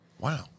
Wow